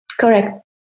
Correct